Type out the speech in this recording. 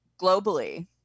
globally